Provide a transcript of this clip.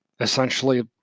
essentially